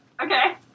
Okay